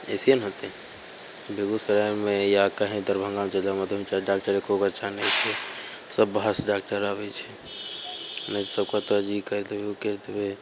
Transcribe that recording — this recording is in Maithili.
अएसेहिए ने होतै बेगूसरायमे या कहीँ दरभङ्गा चलि जाउ मधुबनी चलि जाउ डॉकटर एकोगो अच्छा नहि छै सब बाहरसे डॉकटर आबै छै नहि तऽ सब कहतऽ जे ई करि देबै ओ करि देबै